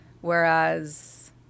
Whereas